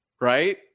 Right